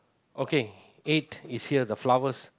okay eight is here the flowers